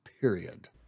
period